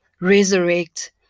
resurrect